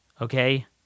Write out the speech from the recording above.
Okay